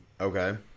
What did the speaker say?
Okay